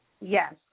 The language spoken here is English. Yes